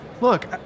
Look